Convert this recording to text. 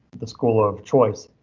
the school of choice,